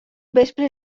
vespre